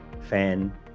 fan